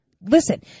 Listen